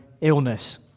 illness